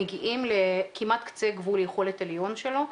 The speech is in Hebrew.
מגיעים לכמעט קצה גבול יכולת עליון שלו.